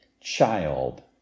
child